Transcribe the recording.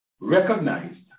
recognized